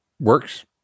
works